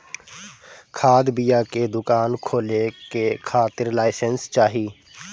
खाद बिया के दुकान खोले के खातिर लाइसेंस चाही